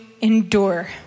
endure